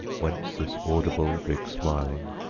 whence this audible big-smiling,